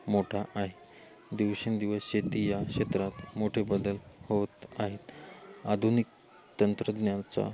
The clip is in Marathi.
मोठा आहे दिवसेंदिवस शेती या क्षेत्रात मोठे बदल होत आहेत आधुनिक तंत्रज्ञाचा